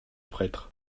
prêtre